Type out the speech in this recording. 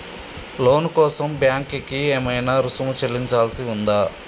లోను కోసం బ్యాంక్ కి ఏమైనా రుసుము చెల్లించాల్సి ఉందా?